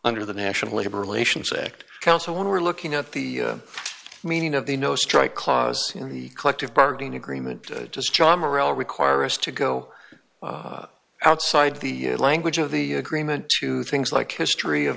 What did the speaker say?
under the national labor relations act council when we're looking at the meaning of the no strike clause in the collective bargain agree just john morel require us to go outside the language of the agreement to things like history of